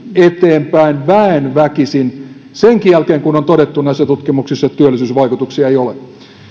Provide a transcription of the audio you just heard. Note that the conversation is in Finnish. eteenpäin väen väkisin senkin jälkeen kun on todettu näissä tutkimuksissa että työllisyysvaikutuksia ei ole